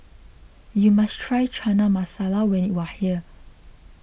you must try Chana Masala when you are here